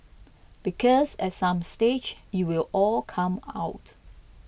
because at some stage it will all come out